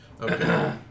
Okay